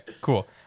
cool